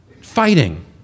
fighting